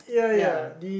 ya